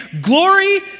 Glory